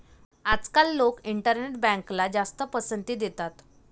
आजकाल लोक इंटरनेट बँकला जास्त पसंती देतात